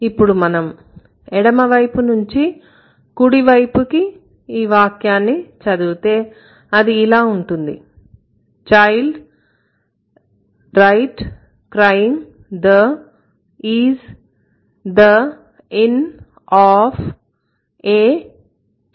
ఇప్పుడు మనం ఎడమ వైపు నుంచి కుడి వైపు ఈ వాక్యాన్ని చదువుతే అది ఇలా ఉంటుంది 'child market crying the is the in of a toy'